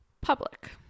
public